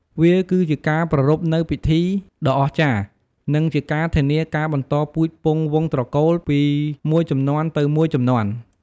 វាគឺជាការប្រារព្ធនូវពិធីដ៏អស្ចារ្យ និងជាការធានាការបន្តពូជពង្សវង្សត្រកូល ពីមួយជំនាន់ទៅមួយជំនាន់។